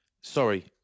Sorry